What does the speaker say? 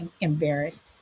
embarrassed